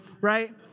right